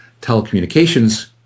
telecommunications